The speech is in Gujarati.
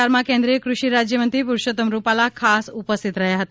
પ્રયારમાં કેન્દ્રીય ફષિ રાજ્યમંત્રી પુરૂષોત્તમ રૂપાલા ખાસ ઉપસ્થિત રહ્યા હતા